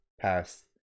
past